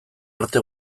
arte